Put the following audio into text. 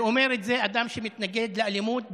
ואומר את זה אדם שמתנגד לאלימות,